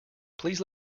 please